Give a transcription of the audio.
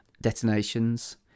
detonations